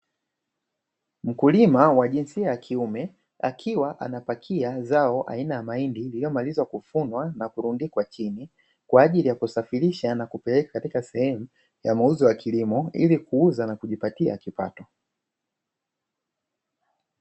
Mkulima wa jinsia ya kiume akiwa anapakia zao aina ya mahindi iliyomaliza kuvunwa na kurundikwa chini, kwa ajili ya kusafirisha na kupeleka katika sehemu ya mauzo ya kilimo ili kuuza na kujipatia kipato.